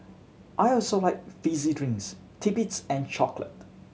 I also like fizzy drinks titbits and chocolate